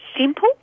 simple